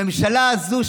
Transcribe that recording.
הממשלה הזאת,